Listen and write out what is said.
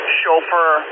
chauffeur